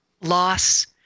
loss